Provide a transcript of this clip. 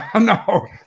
no